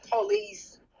police